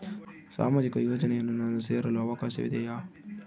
ಸಾಮಾಜಿಕ ಯೋಜನೆಯನ್ನು ನಾನು ಸೇರಲು ಅವಕಾಶವಿದೆಯಾ?